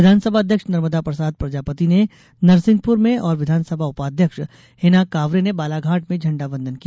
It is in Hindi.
विधानसभा अध्यक्ष नर्मदा प्रसाद प्रजापति ने नरसिंहपुर में और विधानसभा उपाध्यक्ष हिना कांवरे ने बालाघाट में झण्डावंदन किया